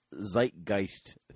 zeitgeist